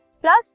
plus